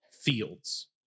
fields